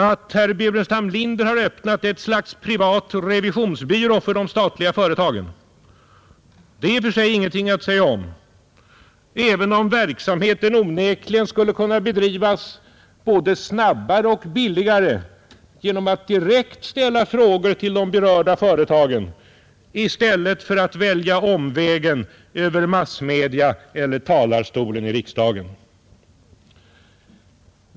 Att herr Burenstam Linder har öppnat ett slags privat revisionsbyrå för de statliga företagen är det i och för sig ingenting att säga om, även om verksamheten onekligen skulle kunna bedrivas både snabbare och billigare genom att direkt ställa frågor till de berörda företagen i stället för att välja omvägen över massmedia eller talarstolen i riksdagen.